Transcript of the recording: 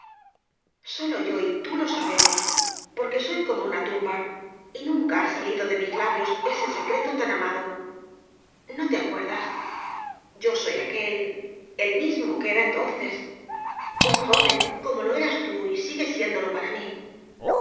sólo yo y tú lo sabemos porque soy como una tumba y nunca ha salido de mis labios ese secreto tan amado no te acuerdas yo soy aquel el mismo que era entonces un joven como lo eras tú y sigues siéndolo para mí